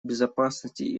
безопасности